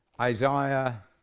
Isaiah